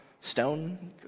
stone